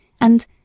and